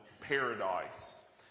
paradise